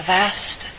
vast